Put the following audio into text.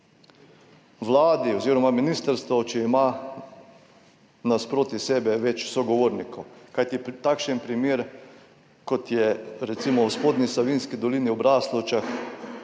vladi oziroma ministrstvu, če ima nasproti sebe več sogovornikov, kajti takšen primer, kot je recimo v Spodnji Savinjski dolini, v Braslovčah,